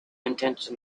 intention